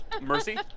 Mercy